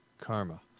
Karma